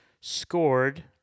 scored